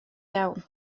iawn